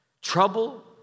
Trouble